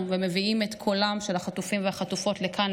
ומביאים את קולם של החטופים והחטופות לכאן,